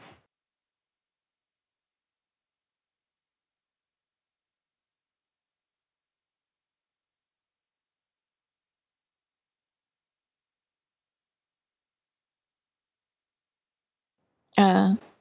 ya